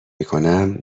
میکنم